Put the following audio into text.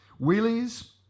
Wheelie's